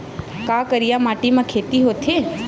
का करिया माटी म खेती होथे?